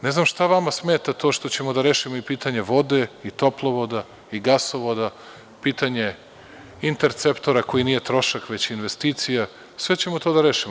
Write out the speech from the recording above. Ne znam šta vama smeta to što ćemo da rešimo i pitanje vode i toplovoda i gasovoda, pitanje interceptora koji nije trošak, već investicija, sve ćemo to da rešimo.